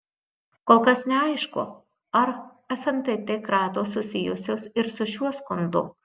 kol kas neaišku ar fntt kratos susijusios ir su šiuo skundu